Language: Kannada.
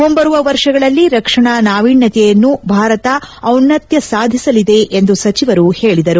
ಮುಂಬರುವ ವರ್ಷಗಳಲ್ಲಿ ರಕ್ಷಣಾ ನಾವಿನ್ಯತೆಯಲ್ಲಿ ಭಾರತ ಔನ್ಯತ್ಯ ಸಾಧಿಸಲಿದೆ ಎಂದು ಸಚಿವರು ಹೇಳಿದರು